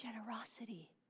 generosity